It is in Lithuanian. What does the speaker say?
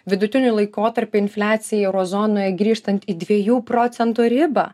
vidutiniu laikotarpiu infliacijai euro zonoj grįžtant į dviejų procentų ribą